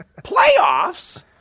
Playoffs